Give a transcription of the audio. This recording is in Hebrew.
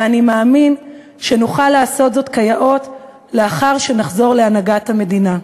ואני מאמין שנוכל לעשות זאת לאחר שנחזור להנהגת המדינה.